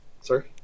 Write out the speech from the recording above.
sorry